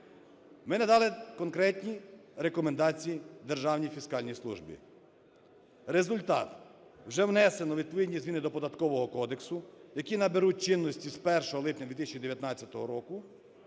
Ми надали конкретні рекомендації Державній фіскальній службі. Результат: вже внесено відповідні зміни до Податкового кодексу, які наберуть чинності з 1 липня 2019 року,